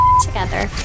together